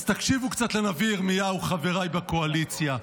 אז תקשיבו קצת לנביא ירמיהו, חבריי בקואליציה: